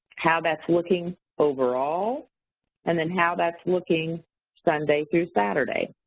how that's looking overall and then how that's looking sunday through saturday.